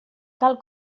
cal